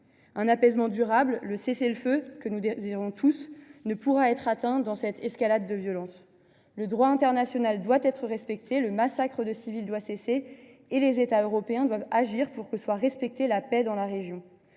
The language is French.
Un apaisement durable, avec le cessez le feu que nous désirons tous, ne pourra être atteint dans cette escalade de violence. Le droit international doit être respecté, le massacre de civils doit cesser et les États européens doivent agir pour que soit ramenée la paix dans la région.